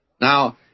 Now